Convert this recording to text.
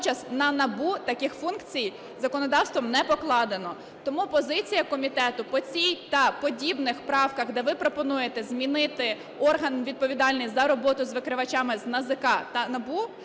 на НАБУ таких функцій законодавством не покладено. Тому позиція комітету по цій та подібних правках, де ви пропонуєте змінити орган, відповідальний за роботу з викривачами, з НАЗК на НАБУ,